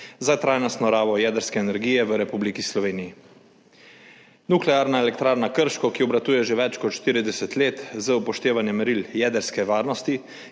za trajnostno rabo jedrske energije v Republiki Sloveniji. Nuklearna elektrarna Krško, ki obratuje že več kot 40 let, z upoštevanjem meril jedrske varnosti